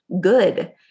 good